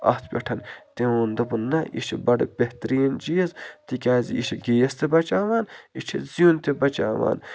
اَتھ پٮ۪ٹھ تٔمۍ ووٚن دوٚپُن نہ یہِ چھُ بَڈٕ بہتریٖن چیٖز تِکیٛازِ یہِ چھِ گیس تہِ بچاوان یہِ چھِ زیُن تہِ بچاوان